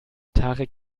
tarek